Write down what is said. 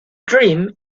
dream